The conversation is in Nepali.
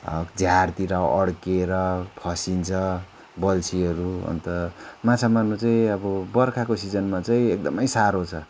झारतिर अड्केर फसिन्छ बल्छीहरू अन्त माछा मार्नु चाहि अब बर्खाको सिजनमा चाहिँ एकदमै साह्रो छ